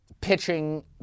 pitching